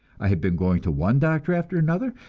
i had been going to one doctor after another,